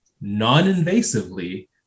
non-invasively